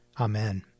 Amen